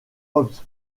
hobbs